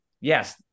yes